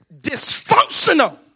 dysfunctional